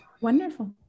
Wonderful